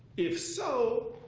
if so,